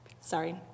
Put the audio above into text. Sorry